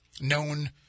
known